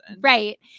right